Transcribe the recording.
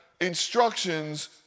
instructions